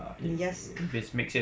indian